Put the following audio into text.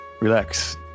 relax